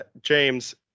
James